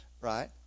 right